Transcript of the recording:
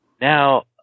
Now